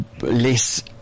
less